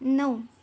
नऊ